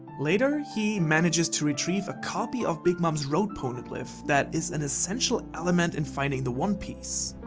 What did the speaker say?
later he manages to retrieve a copy of big mom's road poneglyph that is an essential element in finding the one piece.